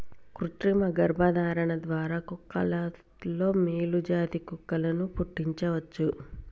కృతిమ గర్భధారణ ద్వారా కుక్కలలో మేలు జాతి కుక్కలను పుట్టించవచ్చు